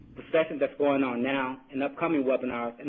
the second that's going on now, an upcoming webinar, and